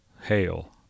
hail